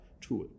tool